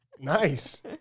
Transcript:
Nice